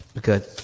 Good